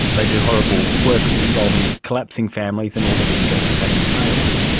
they do horrible work involving collapsing families and all the distress that that entails,